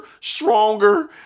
stronger